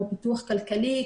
כמו פיתוח כלכלי,